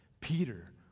Peter